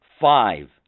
Five